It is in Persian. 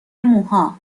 موها